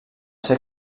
ser